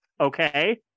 okay